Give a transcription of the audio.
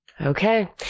Okay